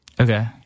Okay